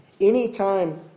Anytime